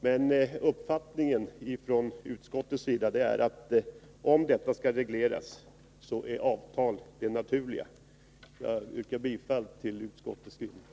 Men utskottets uppfattning är den att om detta skall regleras, så är avtal det naturliga. Jag yrkar bifall till utskottets hemställan.